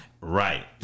Right